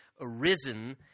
arisen